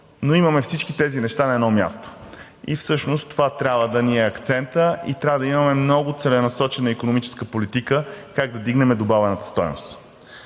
но имаме всички тези неща на едно място. Всъщност това трябва да ни е акцентът и трябва да имаме много целенасочена икономическа политика как да вдигнем добавената стойност.